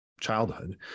childhood